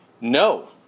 No